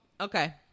Okay